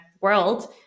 world